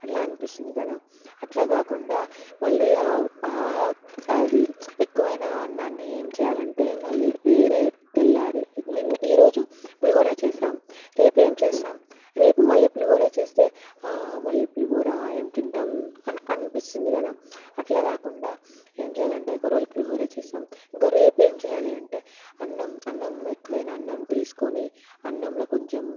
అట్లా అనిపిస్తుంది కదా అట్లా కాకుండా మళ్ళీ అది ఎక్కువైనా అన్నాన్ని ఏం చేయాలంటే మళ్ళీ వేరే తెల్లారి నిన్న ఈరోజు పులిహోర చేస్తాము రేపు ఏమి చేస్తాము రేపు మళ్ళీ పులిహోర చేస్తే మళ్ళీ పులిహోర ఏం తింటాము అని అనిపిస్తుంది కదా అట్లా కాకుండా ఏం చేయాలంటే ఒకరోజు పులిహోర చేస్తాము ఇంకా రేపు ఏం చేయాలి అంటే అన్నం అన్నం ఎక్కువైనా అన్నం తీసుకుని అన్నంలో కొంచెం